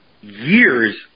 years